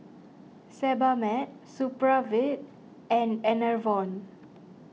Sebamed Supravit and Enervon